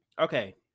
Okay